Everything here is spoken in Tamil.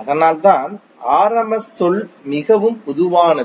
அதனால்தான் rms சொல் மிகவும் பொதுவானது